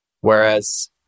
Whereas